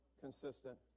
consistent